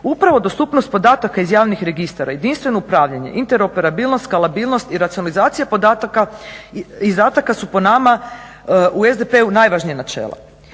Upravo dostupnost podataka iz javnih registara, jedinstveno upravljanje, interoperabilnost, skalabilnost i racionalizacija podataka, izdataka su po nama u SDP-u najvažnije načelo.